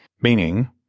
Meaning